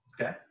Okay